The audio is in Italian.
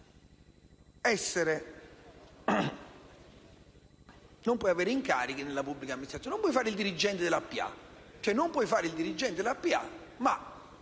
non puoi avere incarichi nella pubblica amministrazione, non puoi fare il dirigente della